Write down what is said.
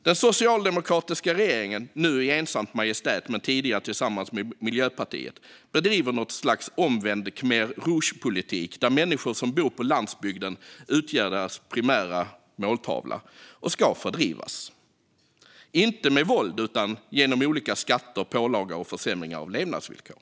Den socialdemokratiska regeringen, nu i ensamt majestät men tidigare tillsammans med Miljöpartiet, bedriver något slags omvänd Khmers rouges-politik där människor som bor på landsbygden utgör dess primära måltavla och ska fördrivas, inte med våld utan genom olika skatter, pålagor och försämringar av levnadsvillkor.